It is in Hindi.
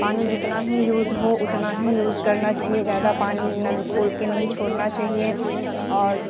पानी जितना ही यूज़ हो उतना ही यूज़ करना चाहिए ज़्यादा पानी नल खोल के नहीं छोड़ना चाहिए और